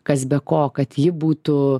kas be ko kad ji būtų